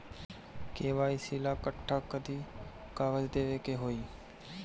KYC ला कट्ठा कथी कागज देवे के होई?